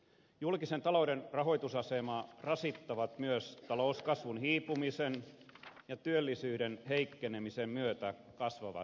julkisen talouden rahoitusasemaa rasittavat myös talouskasvun hiipumisen ja työllisyyden heikkenemisen myötä kasvavat menot